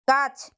গাছ